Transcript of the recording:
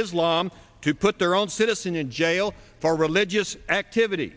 islam to put their own citizen in jail for religious activity